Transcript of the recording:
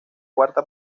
cuarta